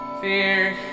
Fear